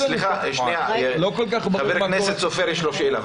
שנייה, לחבר הכנסת סופר יש שאלה.